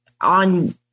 on